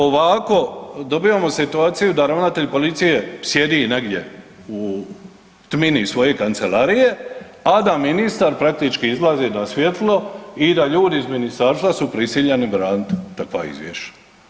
Ovako dobivamo situaciju da ravnatelj policije sjedi negdje u tmini svoje kancelarije, a da ministar praktički izlazi na svjetlo i da ljudi iz ministarstva su prisiljeni braniti takva izvješća.